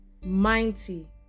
mighty